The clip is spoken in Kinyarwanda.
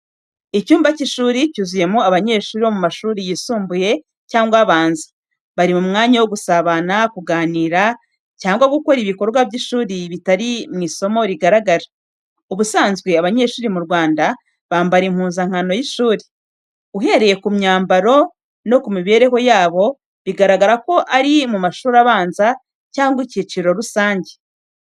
Icyumba cy’ishuri cyuzuyemo abanyeshuri bo mu mashuri yisumbuye cyangwa abanza, bari mu mwanya wo gusabana, kuganira cyangwa gukora ibikorwa by’ishuri bitari mu isomo rigaragara. Ubusanzwe abanyeshuri mu Rwanda bambara impuzankano y’ishuri. Uhereye ku mwambaro no ku mibereho yabo, bigaragara ko ari mu mashuri abanza cyangwa icyiciro rusange.